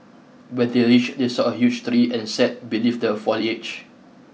when they reached they saw a huge tree and sat beneath the foliage